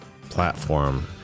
platform